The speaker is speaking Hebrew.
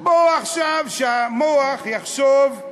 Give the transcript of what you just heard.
בואו עכשיו, שהמוח יחשוב,